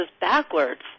backwards